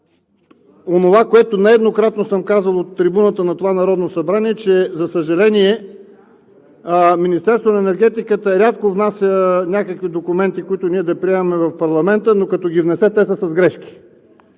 онова, което нееднократно съм казвал от трибуната на това Народно събрание, че, за съжаление, Министерството на енергетиката рядко внася някакви документи, които ние да приемем в парламента, но като ги внесе, те са с грешки.